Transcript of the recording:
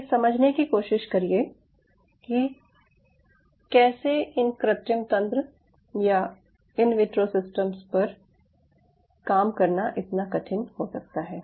ये समझने की कोशिश करिये कि कैसे इन कृत्रिम तंत्र पर काम करना इतना कठिन हो सकता है